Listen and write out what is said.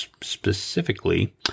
specifically